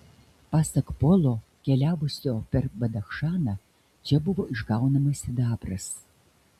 pasak polo keliavusio per badachšaną čia buvo išgaunamas sidabras